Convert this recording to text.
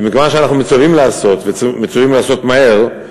ומכיוון שאנחנו מצווים לעשות, ומצווים לעשות מהר,